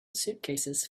suitcases